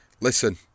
listen